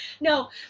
No